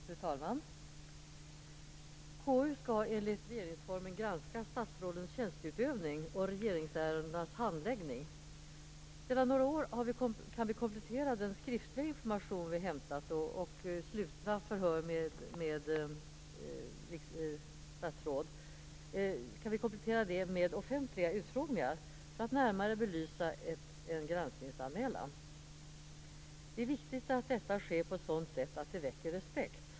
Fru talman! KU skall enligt regeringsformen granska statsrådens tjänsteutövning och regeringsärendenas handläggning. Sedan några år kan vi komplettera den skriftliga information vi inhämtar från Regeringskansliet och slutna förhör med statsråd med offentliga utfrågningar för att närmare belysa en granskningsanmälan. Det är viktigt att detta sker på ett sådant sätt att det väcker respekt.